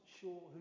sure